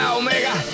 omega